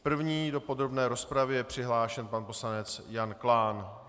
První do podrobné rozpravy je přihlášen pan poslanec Jan Klán.